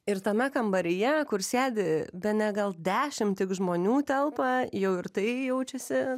ir tame kambaryje kur sėdi bene gal dešimt tik žmonių telpa jau ir tai jaučiasi